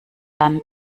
dann